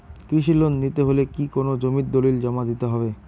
কৃষি লোন নিতে হলে কি কোনো জমির দলিল জমা দিতে হবে?